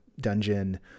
dungeon